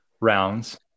rounds